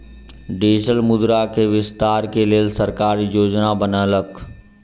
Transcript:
digital मुद्रा के विस्तार के लेल सरकार योजना बनौलक